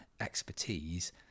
expertise